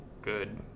good